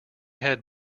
had